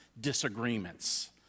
disagreements